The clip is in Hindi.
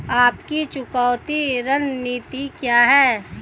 आपकी चुकौती रणनीति क्या है?